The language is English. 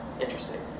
interesting